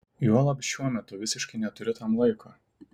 juolab šiuo metu visiškai neturiu tam laiko